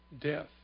death